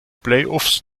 playoffs